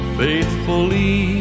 faithfully